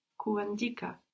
Kuandika